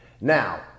Now